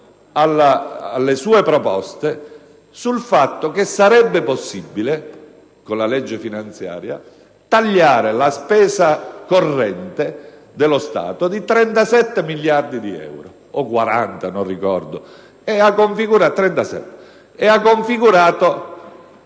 alle sue proposte) sul fatto che sarebbe possibile con la legge finanziaria tagliare la spesa corrente dello Stato di 37 miliardi di euro (o 40, non ricordo), e ha configurato